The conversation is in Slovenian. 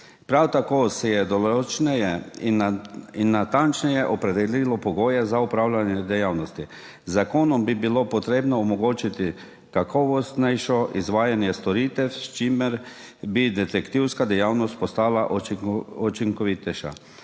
Prav tako se je določneje in natančneje opredelilo pogoje za opravljanje dejavnosti. Z zakonom bi bilo potrebno omogočiti kakovostnejše izvajanje storitev, s čimer bi detektivska dejavnost postala učinkovitejša.